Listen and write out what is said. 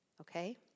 Okay